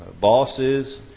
bosses